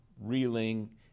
reeling